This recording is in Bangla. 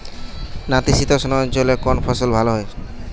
নাতিশীতোষ্ণ অঞ্চলে কোন ফসল ভালো হয়?